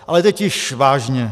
Ale teď již vážně.